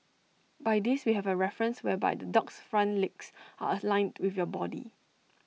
by this we have A reference whereby the dog's front legs are aligned with your body